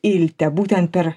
ilte būtent per